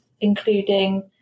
including